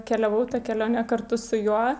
keliavau tą kelionę kartu su juo